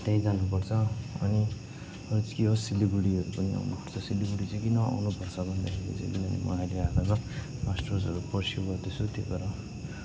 त्यहीँ जानु पर्छ अनि अरू चाहिँ के हो सिलगडीहरू पनि आउनु पर्छ सिलगडी चाहिँ किन आउनु पर्छ भन्दाखेरि चाहिँ म अहिले हालैमा मास्टर्सहरू परसिउ गर्दैछु त्यही भएर आउँदैछु